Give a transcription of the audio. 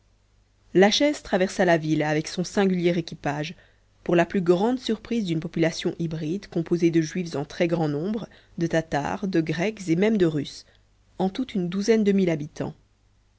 la chaise traversa la ville avec son singulier équipage pour la plus grande surprise d'une population hybride composée de juifs en très grand nombre de tatars de grecs et même de russes en tout une douzaine de mille habitants